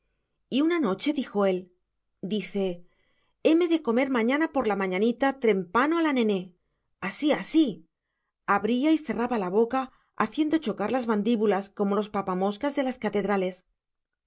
y una noche dijo él dice heme de comer mañana por la mañanita trempano a la nené así así abría y cerraba la boca haciendo chocar las mandíbulas como los papamoscas de las catedrales